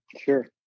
Sure